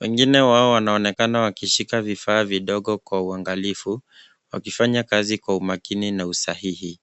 Wengine wao wanaonekana wakishika vifaa vidogo kwa uangalifu, wakifanya kazi kwa umakini na usahihi.